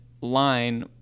line